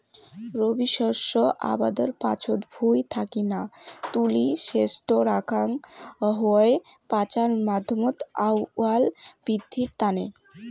রবি শস্য আবাদের পাচত ভুঁই থাকি না তুলি সেজটো রাখাং হই পচার মাধ্যমত আউয়াল বিদ্ধির তানে